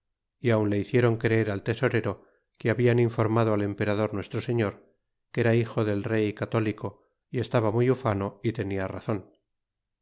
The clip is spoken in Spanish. y aun le hicieron creer al tesorero que hablan informado al emperador nuestro señor que era hijo de rey católico y estaba muy ufano y tenia razon